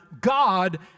God